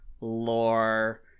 lore